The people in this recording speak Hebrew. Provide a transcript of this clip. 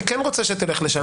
אני כן רוצה שתלך לשם.